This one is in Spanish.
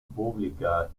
pública